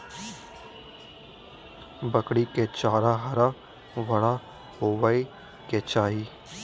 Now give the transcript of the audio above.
बकरी के चारा हरा भरा होबय के चाही